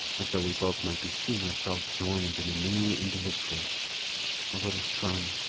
as though we both might be seeing ourselves joined in a new individual a little son,